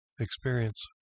experience